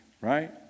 right